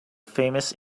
famous